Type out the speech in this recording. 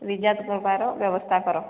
କରିବାର ବ୍ୟବସ୍ଥା କର